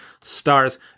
stars